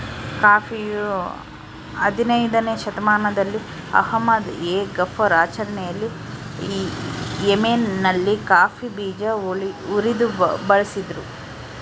ಕಾಫಿಯು ಹದಿನಯ್ದನೇ ಶತಮಾನದಲ್ಲಿ ಅಹ್ಮದ್ ಎ ಗಫರ್ ಆಚರಣೆಯಲ್ಲಿ ಯೆಮೆನ್ನಲ್ಲಿ ಕಾಫಿ ಬೀಜ ಉರಿದು ಬಳಸಿದ್ರು